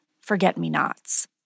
Forget-Me-Nots